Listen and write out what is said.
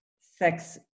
sex